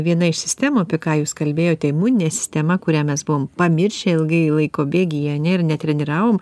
viena iš sistemų apie ką jūs kalbėjote imuninė sistema kurią mes buvom pamiršę ilgai laiko bėgyje ane ir netreniravom